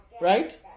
right